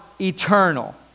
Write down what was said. eternal